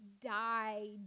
died